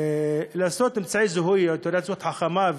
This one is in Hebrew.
לעשות אמצעי זיהוי או תעודת זיהוי חכמה,